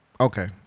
okay